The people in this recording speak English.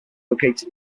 located